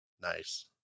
Nice